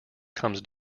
comes